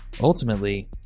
Ultimately